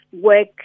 work